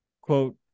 quote